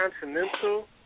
continental